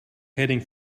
heading